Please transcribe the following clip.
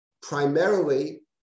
primarily